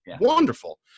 wonderful